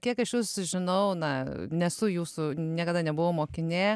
kiek aš jus žinau na nesu jūsų niekada nebuvau mokinė